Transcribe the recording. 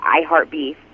iHeartBeef